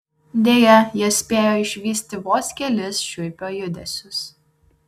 deja jie spėjo išvysti vos kelis šiuipio judesius